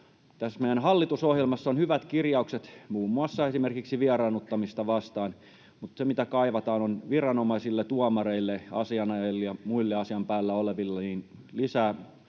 Tässä meidän hallitusohjelmassa on hyvät kirjaukset muun muassa vieraannuttamista vastaan, mutta se, mitä kaivataan, on viranomaisille, tuomareille, asianajajille ja muille asian päällä oleville lisää